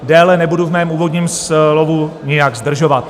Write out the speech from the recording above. Déle nebudu v mém úvodním slovu nijak zdržovat.